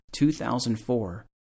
2004